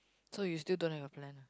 so you still don't have a plan